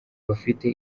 bafite